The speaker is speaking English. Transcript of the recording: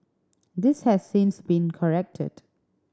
this has since been corrected